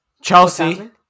chelsea